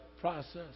process